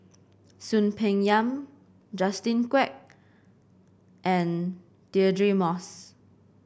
Soon Peng Yam Justin Quek and Deirdre Moss